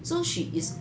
so she is